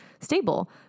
stable